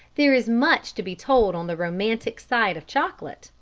there is much to be told on the romantic side of chocolate,